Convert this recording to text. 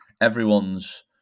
everyone's